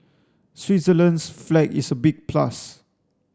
Switzerland's flag is a big plus